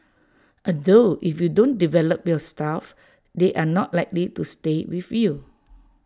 although if you don't develop your staff they are not likely to stay with you